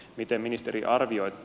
miten ministeri arvioitte